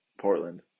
Portland